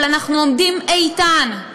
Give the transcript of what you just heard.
אבל אנחנו עומדים איתן,